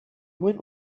went